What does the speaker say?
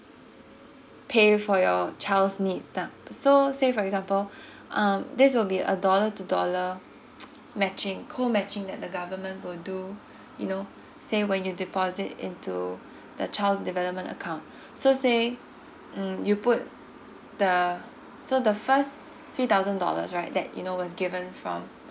pay for your child's needs lah so say for example um this will be a dollar to dollar matching co matching that the government will do you know say when you deposit into the child development account so say mm you put the so the first three thousand dollars right that you know was given from